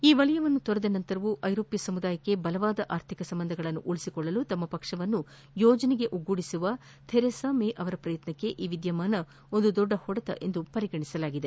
ಈ ವಲಯವನ್ನು ತೊರೆದ ನಂತರವೂ ಐರೋಷ್ನ ಸಮುದಾಯಕ್ಕೆ ಬಲವಾದ ಆರ್ಥಿಕ ಸಂಬಂಧಗಳನ್ನು ಉಳಿಸಿಕೊಳ್ಳಲು ತಮ್ನ ಪಕ್ಷವನ್ನು ಯೋಜನೆಗೆ ಒಗ್ಗೂಡಿಸುವ ತೆರೆಸಾ ಮೇ ಅವರ ಪ್ರಯತ್ನಕ್ಕೆ ಈ ವಿದ್ಯಮಾನ ಒಂದು ದೊಡ್ಡ ಹೊಡೆತ ಎಂದು ಪರಿಗಣಿಸಲಾಗಿದೆ